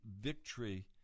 victory